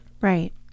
Right